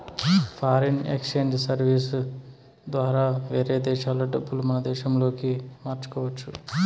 foreign exchange services ద్వారా వేరే దేశాల డబ్బులు మన దేశంలోకి మార్చుకోవచ్చు